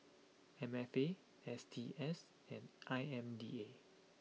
M F A S T S and I M D A